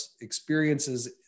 experiences